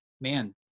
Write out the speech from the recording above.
man